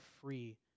free